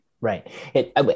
Right